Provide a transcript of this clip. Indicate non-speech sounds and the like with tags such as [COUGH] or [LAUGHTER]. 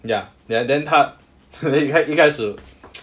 ya ya then 她可能一开始 [NOISE]